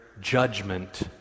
judgment